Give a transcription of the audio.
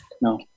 no